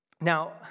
Now